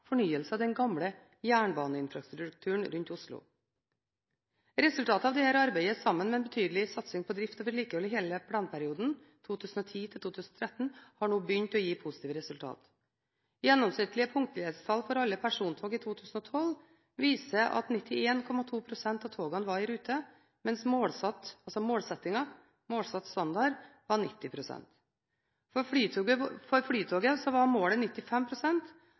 fornyelse av den gamle jernbaneinfrastrukturen rundt Oslo. Resultatet av dette arbeidet, sammen med en betydelig satsing på drift og vedlikehold i hele planperioden 2010–2013, har nå begynt å gi positive resultater. Gjennomsnittlige punktlighetstall for alle persontog i 2012 viser at 91,2 pst. av togene var i rute, mens målsatt standard – målsettingen – var 90 pst. For Flytoget var målet 95 pst., og der var